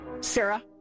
Sarah